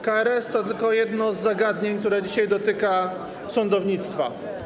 KRS to tylko jedno z zagadnień, które dzisiaj dotykają sądownictwa.